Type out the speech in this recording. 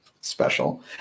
special